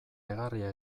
egarria